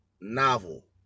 novel